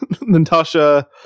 Natasha